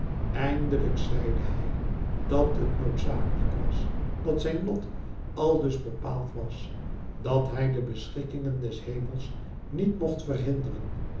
eindelijk zeide hij dat het noodzakelijk was dat zijn lot aldus bepaald was dat hij de beschikkingen des hemels niet mocht verhinderen